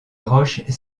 roches